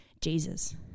Jesus